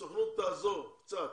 הסוכנות תעזור קצת